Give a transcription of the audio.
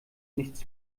nichts